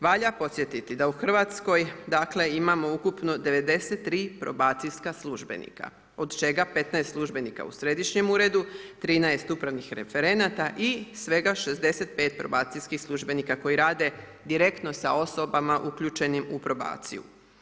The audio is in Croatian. Valja podsjetiti da u RH dakle, imamo ukupno 93 probacijska službenika, od čega 15 službenika u središnjem uredu, 13 upravnih referenata i svega 65 probacijskih službenika koji rade direktno sa osobama uključenim u probaciju.